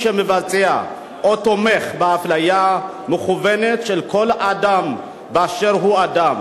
שמבצע או תומך באפליה מכוונת של כל אדם באשר הוא אדם.